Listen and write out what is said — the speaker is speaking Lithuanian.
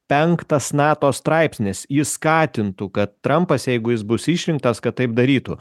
penktas nato straipsnis jis skatintų kad trampas jeigu jis bus išrinktas kad taip darytų